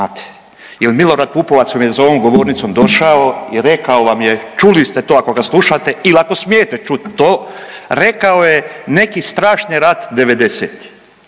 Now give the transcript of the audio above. Milorad Pupovac vam je za ovom govornicom došao i rekao vam je, čuli ste to ako ga slušate ili ako smijete čuti to, rekao je, neki strašni rat 90-ih.